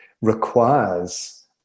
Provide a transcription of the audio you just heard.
requires